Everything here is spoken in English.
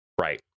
Right